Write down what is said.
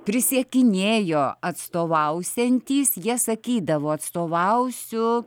prisiekinėjo atstovausiantys jie sakydavo atstovausiu